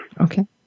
Okay